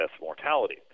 mortality